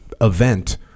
event